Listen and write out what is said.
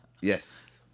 yes